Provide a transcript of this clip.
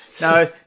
Now